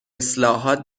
اصلاحات